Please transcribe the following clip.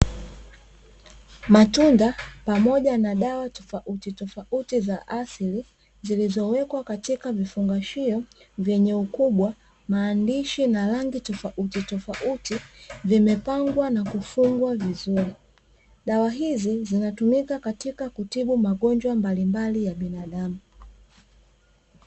Matunda pamoja na dawa tofautitofauti za asili, zilizowekwa katika vifungashio vyenye ukubwa maandishi na rangi tofautitofauti, vimepangwa na kufungwa vizuri. Dawa hizi zinatumika katika kutibu magonjwa mbalimbali ya binadamu.